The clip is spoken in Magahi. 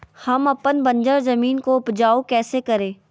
हम अपन बंजर जमीन को उपजाउ कैसे करे?